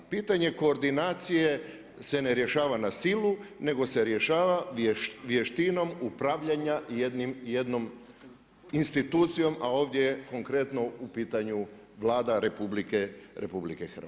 Pitanje koordinacije se ne rješava na silu nego se rješava vještinom upravljanja jednom institucijom a ovdje konkretno u pitanju Vlada RH.